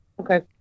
Okay